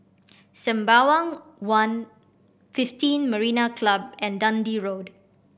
Sembawang One fifteen Marina Club and Dundee Road